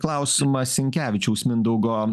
klausimą sinkevičiaus mindaugo